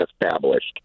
established